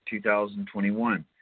2021